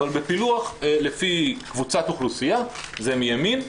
אבל בפילוח לפי קבוצת אוכלוסייה זה מימין,